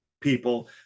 people